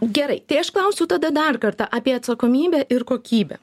gerai tai aš klausiu tada dar kartą apie atsakomybę ir kokybę